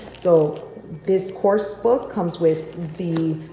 so this course book comes with the